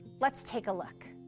let's take a look.